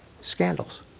Scandals